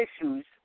issues